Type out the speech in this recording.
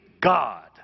God